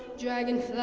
dragonfly